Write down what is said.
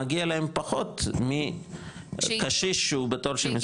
מגיע להם פחות מקשיש שהוא בתור של משרד הקליטה.